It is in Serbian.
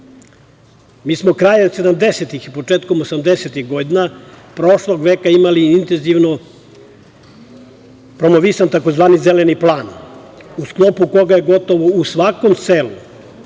smo krajem 70-ih i početkom 80-ih godina prošlog veka imali intenzivno promovisan tzv. zeleni plan, u sklopu koga je gotovo u svakom selu